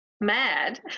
mad